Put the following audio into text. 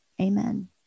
amen